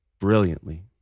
brilliantly